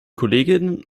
kolleginnen